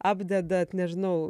apdedat nežinau